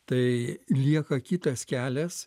tai lieka kitas kelias